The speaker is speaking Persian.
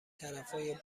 طرفای